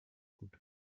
gut